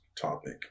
Topic